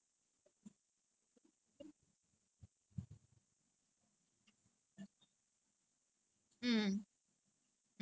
I eat it lookays it says nasi lemak it says chicken rice also but அத பாக்க:atha paakka halal மாறியே இல்ல:maariyae illa no halal sign also